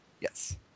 Yes